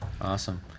Awesome